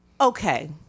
okay